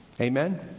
Amen